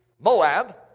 Moab